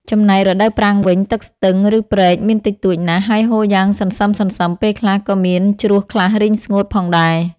ចំណែករដូវប្រាំងវិញ ទឹកស្ទឹង ឬព្រែកមានតិចតួចណាស់ ហើយហូរយ៉ាងសន្សឹមៗ ពេលខ្លះក៏មានជ្រោះខ្លះរីងស្ងួត ផងដែរ។